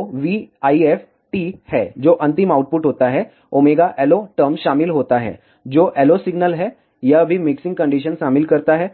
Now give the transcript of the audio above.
तो VIF है जो अंतिम आउटपुट होता है ωLO टर्म शामिल होता है जो LO सिग्नल है यह भी मिक्सिंग कंडीशन शामिल करता है